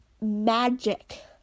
magic